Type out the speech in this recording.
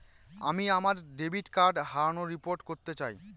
আমি আমার debit card হারানোর রিপোর্ট করতে চাই